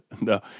no